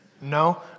No